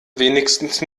wenigstens